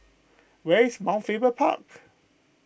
where is Mount Faber Park